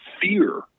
fear